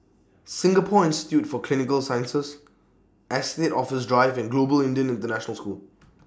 Singapore Institute For Clinical Sciences Estate Office Drive and Global Indian International School